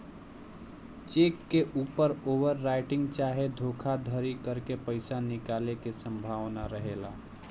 check के ऊपर over writing चाहे धोखाधरी करके पईसा निकाले के संभावना रहेला